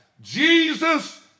Jesus